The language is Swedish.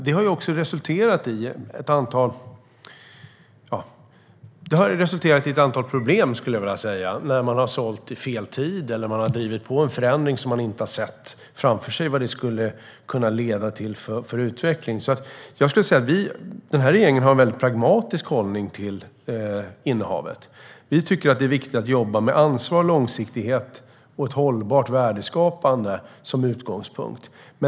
Det har resulterat i ett antal problem när man har sålt vid fel tid eller drivit på en förändring där man inte har kunnat förutse utvecklingen i framtiden. Den här regeringen har en pragmatisk hållning till innehavet. Vi tycker att det är viktigt att jobba med ansvar, långsiktighet och ett hållbart värdeskapande som utgångspunkt.